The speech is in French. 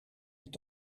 est